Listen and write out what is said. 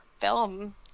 film